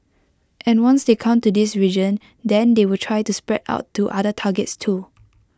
and once they come to this region then they will try to spread out to other targets too